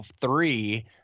three